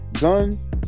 guns